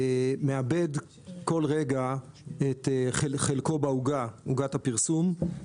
מאבד כל רגע את חלקו בעוגת הפרסום.